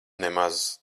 nemaz